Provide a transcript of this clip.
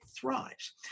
thrives